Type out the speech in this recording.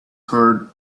herd